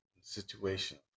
situation